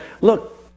Look